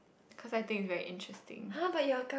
cause I think it's very interesting